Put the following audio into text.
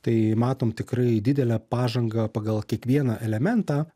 tai matom tikrai didelę pažangą pagal kiekvieną elementą